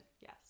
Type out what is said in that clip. Yes